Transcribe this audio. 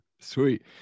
sweet